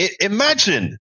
Imagine